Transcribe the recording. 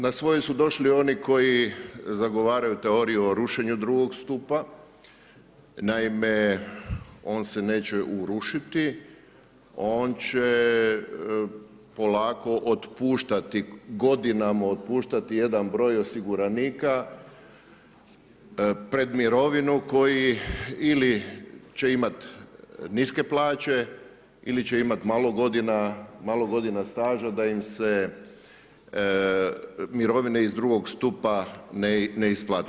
Na svoje su došli oni koji zagovaraju teoriju o rušenju drugog stupa, naime, on se neće urušiti, on će polako otpuštati godinama otpuštati jedan broj osiguranika, pred mirovinu, koji ili će imati niske plaće ili će imati malo godina staža da im se mirovine iz drugog stupa ne isplate.